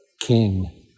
king